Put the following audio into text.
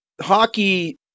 hockey